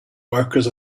workers